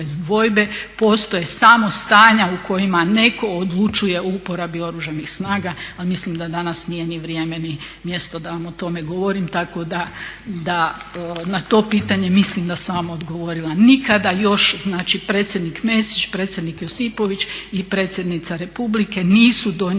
Postoje samo stanja u kojima netko odlučuje o uporabi Oružanih snaga, a mislim da danas nije ni vrijeme ni mjesto da vam o tome govorim. Tako da, da na to pitanje mislim da sam vam odgovorila. Nikada još znači predsjednik Mesić, predsjednik Josipović i predsjednica Republike nisu donijeli